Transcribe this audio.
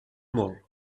molt